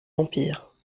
empire